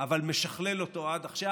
אבל משכלל אותו עד עכשיו: